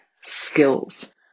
skills